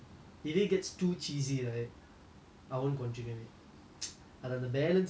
I won't continue it அது அந்த:athu antha balance இருந்தா மட்டும்:iruntha mattum if it's realistic then only I'll watch